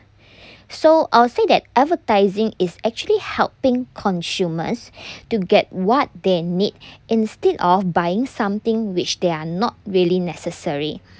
so I'll say that advertising is actually helping consumers to get what they need instead of buying something which they're not really necessary